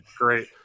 great